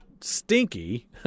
stinky